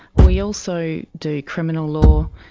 we also do criminal law.